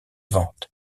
ventes